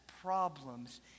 problems